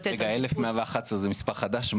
רגע, 1,111 זה מספר חדש.